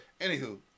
Anywho